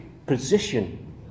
Position